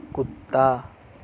کتا